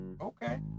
Okay